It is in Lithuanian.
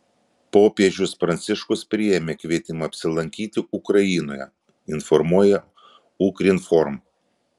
popiežius pranciškus priėmė kvietimą apsilankyti ukrainoje informuoja ukrinform